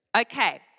Okay